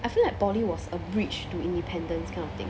I feel like poly was a bridge to independence kind of thing